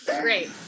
Great